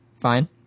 Fine